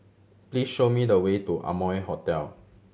please show me the way to Amoy Hotel